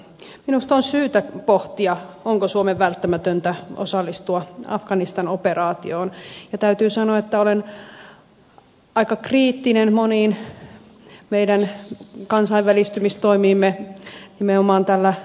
minusta on syytä pohtia onko suomen välttämätöntä osallistua afganistan operaatioon ja täytyy sanoa että olen aika kriittinen moniin meidän kansainvälistymistoimiimme nimenomaan tällä rauhanturvaamisalueella